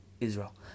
Israel